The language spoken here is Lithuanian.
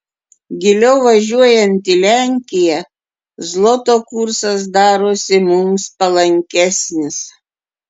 giliau važiuojant į lenkiją zloto kursas darosi mums palankesnis